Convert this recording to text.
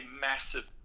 massive